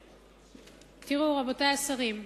תראו, רבותי השרים,